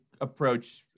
approach